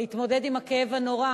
להתמודד עם הכאב הנורא